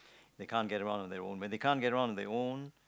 they can't get around on their own when they can't get around on their own